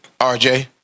rj